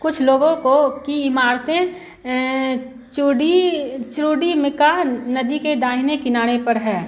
कुछ लोगों को की इमारतें चूड़ी च्रुडिमिका नदी के दाहिने किनारे पर है